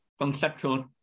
conceptual